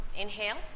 Inhale